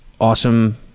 awesome